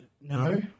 No